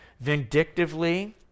vindictively